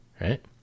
right